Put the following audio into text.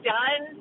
done